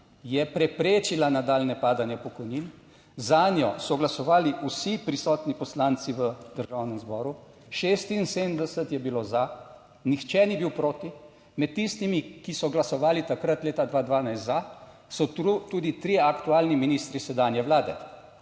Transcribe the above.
je preprečila nadaljnje padanje pokojnin. Zanjo so glasovali vsi prisotni poslanci v Državnem zboru, 76 je bilo za, nihče ni bil proti. Med tistimi, ki so glasovali takrat, leta 2012 za, so tu tudi trije aktualni ministri sedanje Vlade.